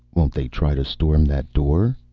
won't they try to storm that door?